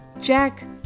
Jack